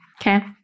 Okay